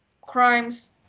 crimes